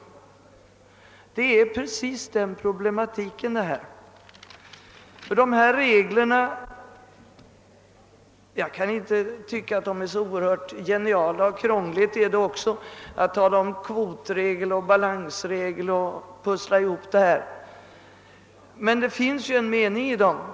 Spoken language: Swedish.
Det är precis samma problematik i detta fall. Jag kan inte finna att reglerna är så geniala, och det är också krångligt att med kvotregler och balansregler pussla ihop det hela. Men det finns ju en mening med reglerna.